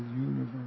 universe